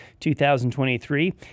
2023